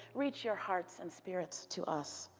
reach your hearts and spirits to us.